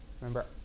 Remember